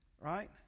right